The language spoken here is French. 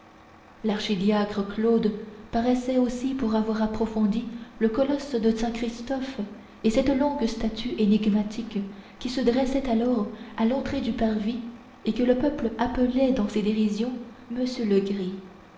l'archidiacre claude passait aussi pour avoir approfondi le colosse de saint christophe et cette longue statue énigmatique qui se dressait alors à l'entrée du parvis et que le peuple appelait dans ses dérisions monsieur legris